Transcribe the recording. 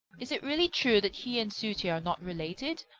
is it really true that he and sooty are not related?